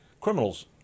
Criminals